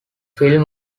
film